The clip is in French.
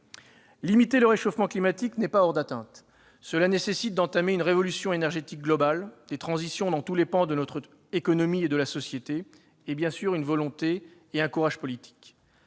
Limiter le réchauffement climatique n'est pas hors d'atteinte. Cela nécessite d'entamer une révolution énergétique globale, des transitions dans tous les pans de notre économie et de la société, et, bien sûr, cela réclame une volonté et du courage politique.